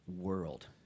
world